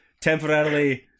temporarily